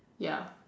ya